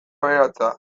aberatsa